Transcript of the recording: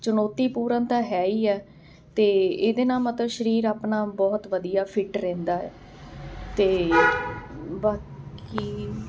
ਚੁਣੌਤੀਪੂਰਨ ਤਾਂ ਹੈ ਹੀ ਆ ਅਤੇ ਇਹਦੇ ਨਾਲ ਮਤਲਬ ਸਰੀਰ ਆਪਣਾ ਬਹੁਤ ਵਧੀਆ ਫਿਟ ਰਹਿੰਦਾ ਹੈ ਅਤੇ ਬਾਕੀ